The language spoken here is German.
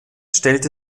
stellte